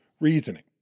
reasoning